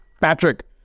Patrick